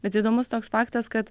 bet įdomus toks faktas kad